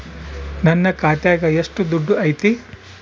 ನನ್ನ ಖಾತ್ಯಾಗ ಎಷ್ಟು ದುಡ್ಡು ಐತಿ?